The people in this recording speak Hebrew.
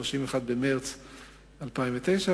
ב-31 במרס 2009,